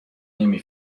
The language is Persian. نمی